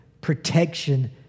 protection